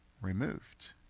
removed